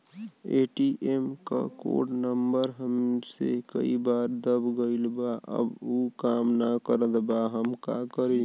ATM क code number हमसे कई बार दब गईल बा अब उ काम ना करत बा हम का करी?